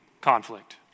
conflict